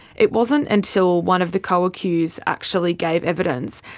it wasn't until one of the co-accused actually gave evidence,